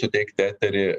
suteikti eterį